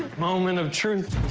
moment of truth.